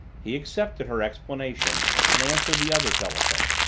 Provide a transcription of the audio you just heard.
he accepted her explanation and answered the other telephone.